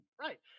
Right